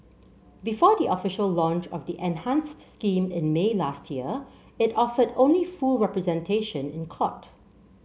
before the official launch of the enhanced scheme in May last year it offered only full representation in court